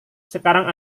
sekarang